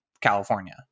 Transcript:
California